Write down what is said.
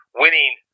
winning